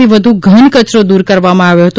થી વધુ ઘન કચરો દૂર કરવામાં આવ્યો હતો